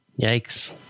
Yikes